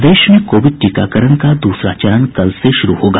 प्रदेश में कोविड टीकाकरण का दूसरा चरण कल से शुरू होगा